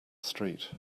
street